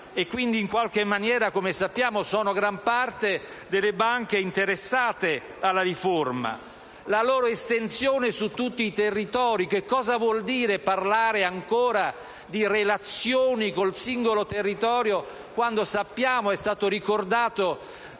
che in qualche modo (come sappiamo) riguarda gran parte delle banche interessate alla riforma; la loro estensione su tutti i territori: non ha senso parlare ancora di relazioni con il singolo territorio, quando sappiamo, ed è stato ricordato